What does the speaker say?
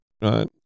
right